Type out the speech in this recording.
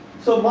so,